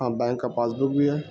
ہاں بینک کا passbook بھی ہے